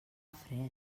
fred